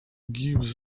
give